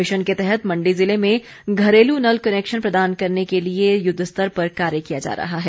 mission के तहत मण्डी जिले में घरेलु नल कनैक्शन प्रदान करने के लिए युद्धस्तर पर कार्य किया जा रहा है